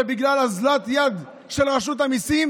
שבגלל אוזלת יד של רשות המיסים